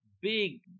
big